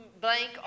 blank